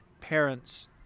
parents